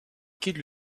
quitte